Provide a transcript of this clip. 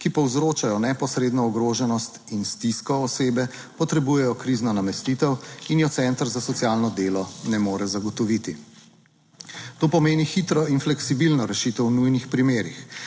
ki povzročajo neposredno ogroženost in stisko osebe. Potrebujejo krizno namestitev in je center za socialno delo ne more zagotoviti. To pomeni hitro in fleksibilno rešitev v nujnih primerih